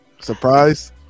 Surprise